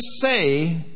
say